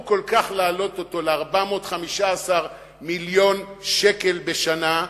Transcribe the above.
כל כך להעלות אותו ל-415 מיליון שקל בשנה.